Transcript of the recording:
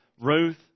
Ruth